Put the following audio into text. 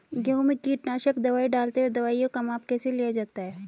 गेहूँ में कीटनाशक दवाई डालते हुऐ दवाईयों का माप कैसे लिया जाता है?